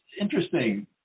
interesting